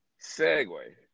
segue